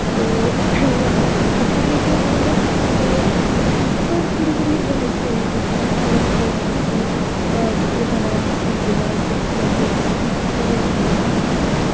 ते कपड़ें च होर बड़ बड़ी बड़ी वैरायटी आई जंदी जियां प्हाड़े च लोक बक्खरी कपड़े पाना करदे हैन प्रैफर करदे ऐं क्योंकि उत्थे जेह्ड़ा मौसम होंदा